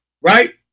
right